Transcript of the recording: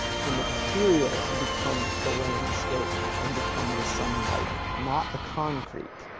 her materials and become the landscape and become the sunlight, not the concrete.